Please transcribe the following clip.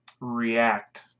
react